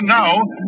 now